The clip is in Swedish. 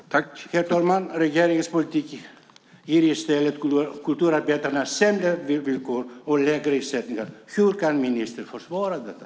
Herr talman! Regeringens politik ger kulturarbetarna sämre villkor och lägre ersättningar. Hur kan ministern försvara detta?